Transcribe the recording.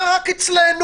למה רק אצלנו?